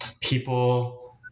people